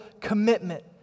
commitment